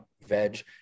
veg